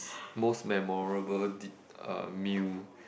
~s most memorable d~ uh meal